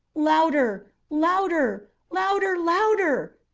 louder! louder! louder! louder!